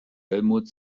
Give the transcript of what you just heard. helmut